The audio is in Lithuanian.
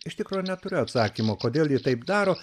iš tikro neturiu atsakymo kodėl ji taip daro